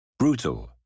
Brutal